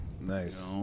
nice